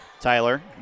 Tyler